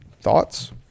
Thoughts